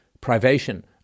privation